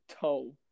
toe